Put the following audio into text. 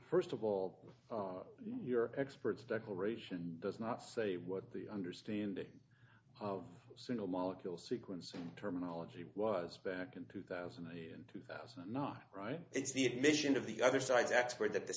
first of all your experts declaration does not say what the understanding of single molecule sequencing terminology was back in two thousand and eight and two thousand not right it's the admission of the other side expert that the